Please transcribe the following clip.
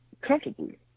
comfortably